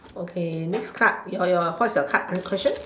okay next card your your what's your card question